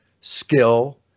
skill